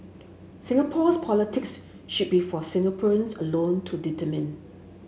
Singapore's politics should be for Singaporeans alone to determine